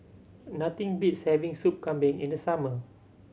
nothing beats having Soup Kambing in the summer